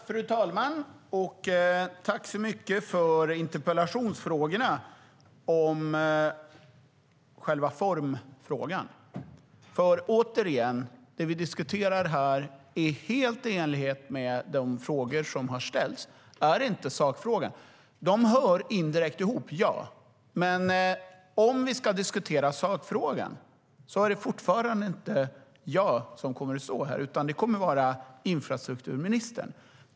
Fru talman! Jag tackar så mycket för interpellationerna om formfrågan. Helt i enlighet med de interpellationer som ställts är det inte sakfrågan vi diskuterar. De hör indirekt ihop, ja. Men om sakfrågan ska diskuteras är det inte jag som kommer att stå här, utan infrastrukturministern.